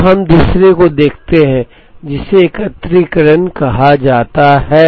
तो हम दूसरे को देखते हैं जिसे एकत्रीकरण कहा जाता है